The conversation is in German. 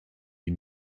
die